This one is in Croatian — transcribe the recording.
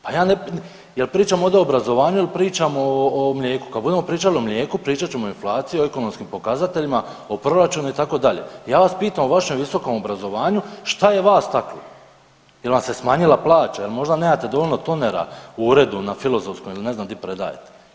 Pa ja, jel pričamo ovdje o obrazovanju il pričamo o mlijeku, kad budemo pričali o mlijeku pričat ćemo o inflaciji, o ekonomskim pokazateljima, o proračunu itd., ja vas pitam u vašem visokom obrazovanju šta je vas taklo, jel vam se smanjila plaća, jel možda nemate dovoljno tonera u uredu na filozofskom ili ne znam di predajete?